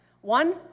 One